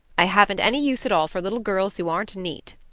i haven't any use at all for little girls who aren't neat.